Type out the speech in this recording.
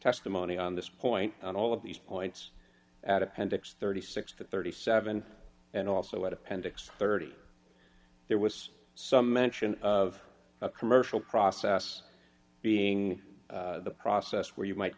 testimony on this point on all of these points at appendix thirty six to thirty seven and also at appendix thirty there was some mention of a commercial process being processed where you might